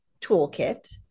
toolkit